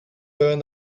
burn